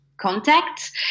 contact